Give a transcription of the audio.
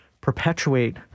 perpetuate